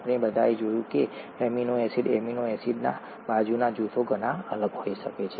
આપણે બધાએ જોયું કે એમિનો એસિડ એમિનો એસિડના બાજુના જૂથો ઘણા અલગ હોઈ શકે છે